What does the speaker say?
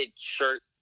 shirt